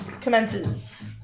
commences